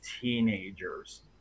teenagers